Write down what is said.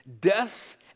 death